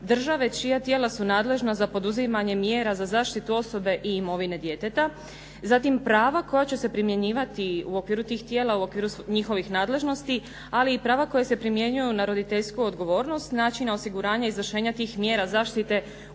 države čija tijela su nadležna za poduzimanje mjera za zaštitu osobe i imovine djeteta. Zatim prava koja će se primjenjivati u okviru tih tijela i u okviru njihovih nadležnosti, ali i prava koja se primjenjuju na roditeljsku odgovornost, načina osiguranja i izvršenja tih mjera zaštite u